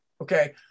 okay